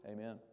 Amen